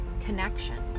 connection